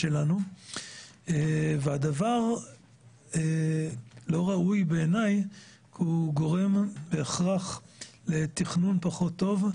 הדבר לא ראוי כי הוא גורם בהכרח לתכנון פחות טוב.